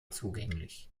zugänglich